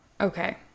Okay